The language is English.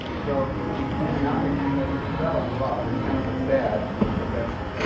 so the economics profession fell in love, it's kind of a fad in the profession,